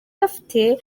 gafite